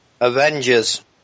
Avengers